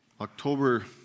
October